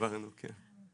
דיברנו על זה, כן.